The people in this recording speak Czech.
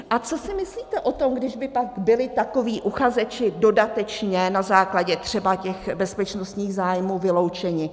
A co si myslíte o tom, když by pak byli takoví uchazeči dodatečně, na základě třeba těch bezpečnostních zájmů, vyloučeni?